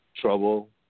Trouble